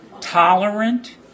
Tolerant